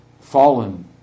fallen